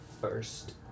first